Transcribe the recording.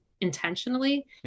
intentionally